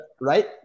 right